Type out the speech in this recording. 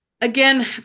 Again